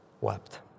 wept